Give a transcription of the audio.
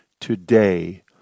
today